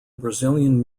brazilian